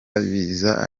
biza